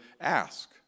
ask